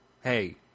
Hey